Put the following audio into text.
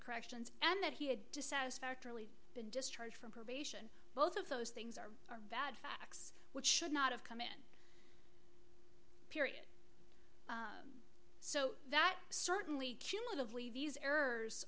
corrections and that he had to satisfactorily been discharged from probation both of those things are valid facts which should not have come in period so that certainly cumulatively these errors